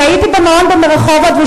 אני הייתי במעון ברחובות,